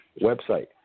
website